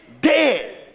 dead